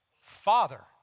father